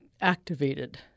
activated